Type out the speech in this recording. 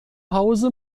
hause